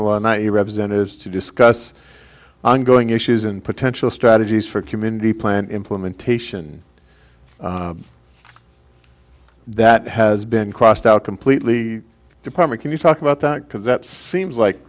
your representatives to discuss ongoing issues and potential strategies for community plan implementation that has been crossed out completely department can you talk about that because that seems like